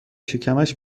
شکمش